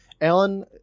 Alan